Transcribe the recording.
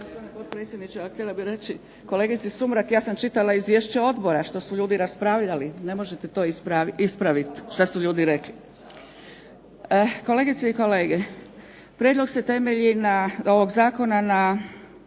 Kolegice i kolege, prijedlog se temelji ovog Zakona, na